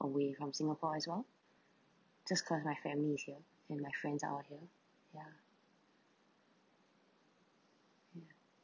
away from singapore as well just because my family is here and my friends are all here ya ya